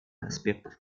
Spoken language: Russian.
аспектов